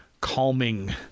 calming